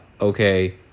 okay